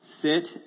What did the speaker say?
sit